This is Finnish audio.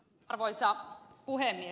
arvoisa puhemies